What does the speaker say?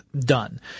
done